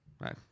Right